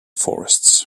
forests